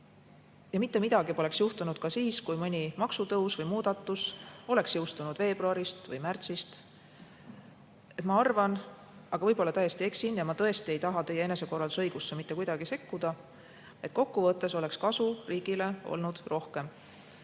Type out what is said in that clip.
Mitte midagi poleks juhtunud, kui mõni maksutõus või -muudatus oleks jõustunud veebruaris või märtsis. Ma arvan – aga võib-olla ma eksin, ma tõesti ei taha teie enesekorraldusõigusse mitte kuidagi sekkuda –, et kokkuvõttes oleks kasu riigile olnud rohkem.